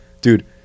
Dude